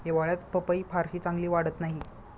हिवाळ्यात पपई फारशी चांगली वाढत नाही